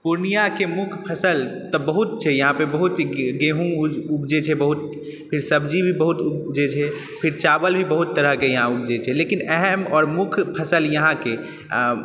पूर्णियाके मुख्य फसल तऽ बहुत छै यहाँपर बहुत गेहूँ उपजै छै बहुत फेर सब्जी भी बहुत उपजै छै फिर चावल भी बहुत तरहके यहाँ उपजै छै लेकिन अहम आओर मुख्य फसल यहाँके